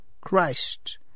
Christ